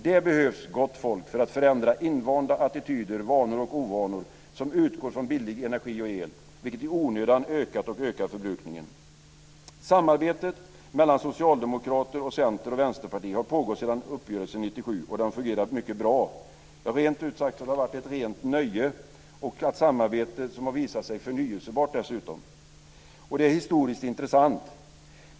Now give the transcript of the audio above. Det behövs, gott folk, för att förändra invanda attityder, vanor och ovanor, som utgår från billig energi och el, vilket i onödan ökat och ökar förbrukningen. Samarbetet mellan Socialdemokraterna, Centern och Vänsterpartiet har pågått sedan uppgörelsen 1997 och det har fungerat mycket bra. Rent ut sagt har det varit ett rent nöje och ett samarbete som har visat sig förnyelsebart dessutom. Det är historiskt intressant.